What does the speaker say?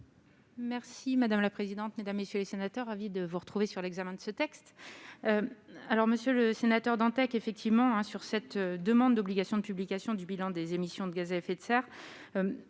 Merci madame la présidente, mesdames, messieurs les sénateurs, ravi de vous retrouver sur l'examen de ce texte, alors, Monsieur le Sénateur, Dantec effectivement sur cette demande d'obligation de publication du bilan des émissions de gaz à effet de serre,